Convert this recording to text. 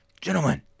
Gentlemen